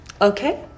Okay